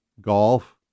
golf